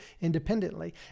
independently